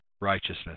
righteousness